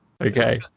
okay